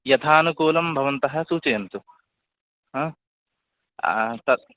यथानुकूलं भवन्तः सूचयन्तु तत्